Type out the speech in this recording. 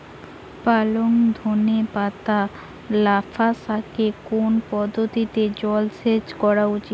পালং ধনে পাতা লাফা শাকে কোন পদ্ধতিতে জল সেচ করা উচিৎ?